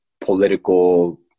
political